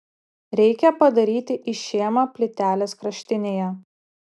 reikia padaryti išėmą plytelės kraštinėje